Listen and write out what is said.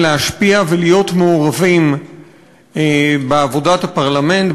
להשפיע ולהיות מעורבים בעבודת הפרלמנט,